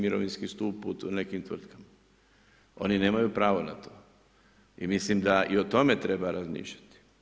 Mirovinski stup u nekim tvrtkama, oni nemaju pravo na to i mislim da o tome treba razmišljati.